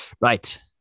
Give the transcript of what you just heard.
Right